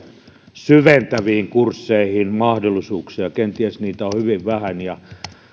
syventäviin kursseihin mahdollisuuksia kenties niitä on hyvin vähän ja